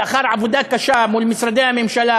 לאחר עבודה קשה מול משרדי הממשלה,